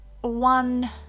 one